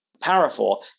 powerful